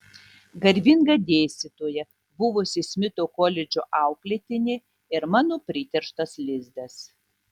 garbinga dėstytoja buvusi smito koledžo auklėtinė ir mano priterštas lizdas